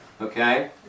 Okay